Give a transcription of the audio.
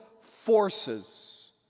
forces